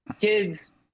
kids